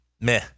meh